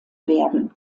werden